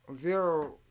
Zero